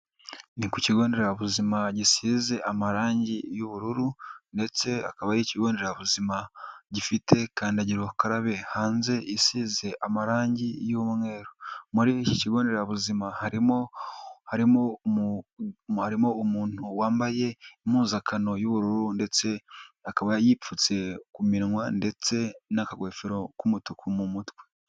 Ni ku kigonderabuzima gisize amarangi y'ubururu ndetse akaba ari ikigonderabuzima gifite kandagiraukarabe, hanze isize amarangi y'umweru. Muri iki kigonderabuzima harimo umuntu wambaye impuzankano y'ubururu ndetse akaba yipfutse ku minwa ndetse n'akagofero k'umutuku mu mutwe.